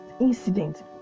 incident